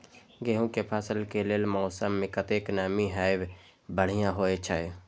गेंहू के फसल के लेल मौसम में कतेक नमी हैब बढ़िया होए छै?